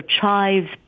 chives